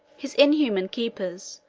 his inhuman keepers,